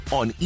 on